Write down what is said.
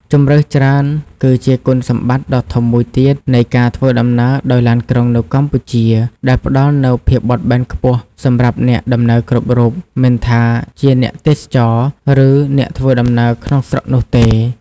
ជម្រើសច្រើន គឺជាគុណសម្បត្តិដ៏ធំមួយទៀតនៃការធ្វើដំណើរដោយឡានក្រុងនៅកម្ពុជា ដែលផ្តល់នូវភាពបត់បែនខ្ពស់សម្រាប់អ្នកដំណើរគ្រប់រូប មិនថាជាអ្នកទេសចរ ឬអ្នកធ្វើដំណើរក្នុងស្រុកនោះទេ។